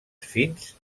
fins